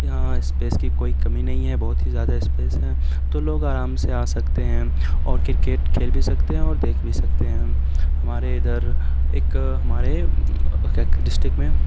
یہاں اسپیس کی کوئی کمی نہیں ہے بہت ہی زیادہ اسپیس ہے تو لوگ آرام سے آ سکتے ہیں اور کرکٹ کھیل بھی سکتے ہیں اور دیکھ بھی سکتے ہیں ہمارے ادھر ایک ہمارے کیا کہہ ڈسٹک میں